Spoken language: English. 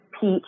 peach